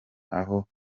aho